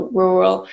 rural